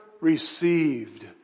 received